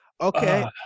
Okay